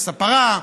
הפרה,